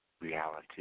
reality